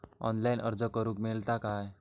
Online अर्ज करूक मेलता काय?